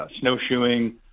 snowshoeing